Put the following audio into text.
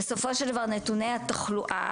בסופו של דבר נתוני התחלואה,